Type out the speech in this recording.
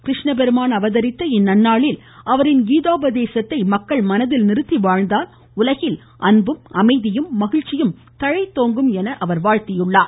கிருஷ்ண பெருமான் அவதரித்த இந்நந்நாளில் அவரின் கீதோபதேசத்தை மக்கள் மனதில் நிறுத்தி வாழ்ந்தால் உலகில் அன்பும் அமைதியும் மகிழ்ச்சியும் தழைத்தோங்கும் என வாழ்த்தியுள்ளார்